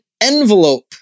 envelope